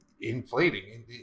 inflating